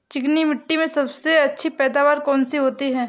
चिकनी मिट्टी में सबसे अच्छी पैदावार कौन सी होती हैं?